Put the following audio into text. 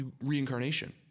reincarnation